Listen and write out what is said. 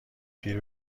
پیر